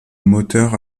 moteurs